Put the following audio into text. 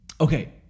Okay